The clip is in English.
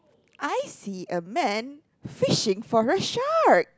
I see a man fishing for a shark